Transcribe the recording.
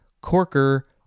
corker